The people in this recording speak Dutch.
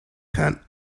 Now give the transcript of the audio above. gaan